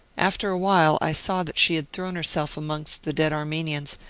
after a while, i saw that she had thrown herself amongst the dead armenians,